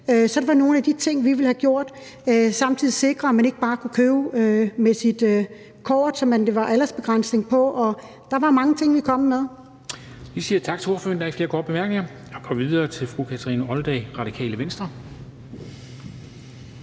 Så det var nogle af de ting, vi ville have gjort, og samtidig ville vi sikre, at man ikke bare kunne købe det med sit kort, hvor der var aldersbegrænsning på. Der var mange ting, vi kom med. Kl. 21:30 Formanden (Henrik Dam Kristensen): Vi siger tak til ordføreren. Der er ikke flere korte bemærkninger. Og vi går videre til fru Kathrine Olldag, Radikale Venstre.